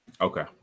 Okay